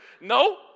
No